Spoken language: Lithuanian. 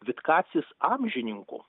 vitkacis amžininkų